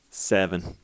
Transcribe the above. seven